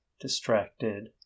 distracted